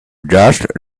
just